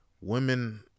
women